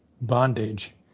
bondage